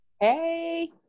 hey